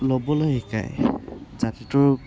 ল'বলৈ শিকায় জাতিটোৰ